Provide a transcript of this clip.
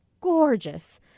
gorgeous